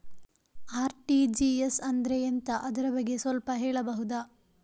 RTGS ಅಂದ್ರೆ ಎಂತ ಅದರ ಬಗ್ಗೆ ಸ್ವಲ್ಪ ಹೇಳಬಹುದ?